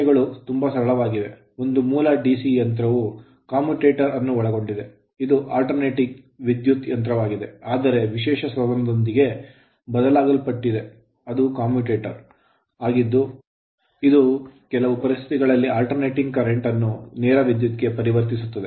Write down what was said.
ವಿಷಯಗಳು ತುಂಬಾ ಸರಳವಾಗಿವೆ ಒಂದು ಮೂಲ DC ಯಂತ್ರವು commutator ಕಮ್ಯೂಟೇಟರ್ ಅನ್ನು ಒಳಗೊಂಡಿದೆ ಇದು alternating ಪರ್ಯಾಯ ವಿದ್ಯುತ್ ಯಂತ್ರವಾಗಿದೆ ಆದರೆ ವಿಶೇಷ ಸಾಧನದೊಂದಿಗೆ ಒದಗಿಸಲ್ಪಟ್ಟಿದೆ ಅದು commutator ಕಮ್ಯೂಟೇಟರ್ ಆಗಿದ್ದು ಇದು ಕೆಲವು ಪರಿಸ್ಥಿತಿಗಳಲ್ಲಿ alternating current ಪರ್ಯಾಯ ಕರೆಂಟ್ ಅನ್ನು ನೇರ ವಿದ್ಯುತ್ ಗೆ ಪರಿವರ್ತಿಸುತ್ತದೆ